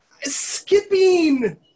skipping